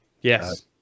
Yes